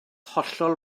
hollol